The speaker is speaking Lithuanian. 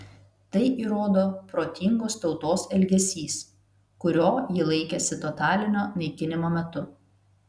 tai įrodo protingos tautos elgesys kurio ji laikėsi totalinio naikinimo metu